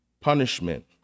punishment